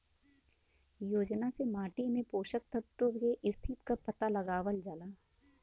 योजना से माटी में पोषक तत्व के स्थिति क पता लगावल जाला